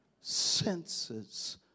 senses